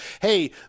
Hey